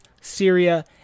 syria